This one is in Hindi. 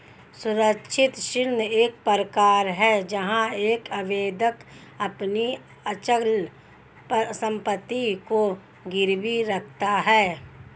सुरक्षित ऋण एक प्रकार है जहां एक आवेदक अपनी अचल संपत्ति को गिरवी रखता है